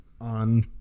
on